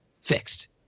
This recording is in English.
Fixed